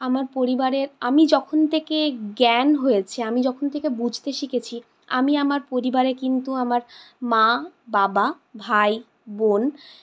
আমার পরিবারের আমি যখন থেকে জ্ঞান হয়েছে আমি যখন থেকে বুঝতে শিখেছি আমি আমার পরিবারে কিন্তু আমার মা বাবা ভাই বোন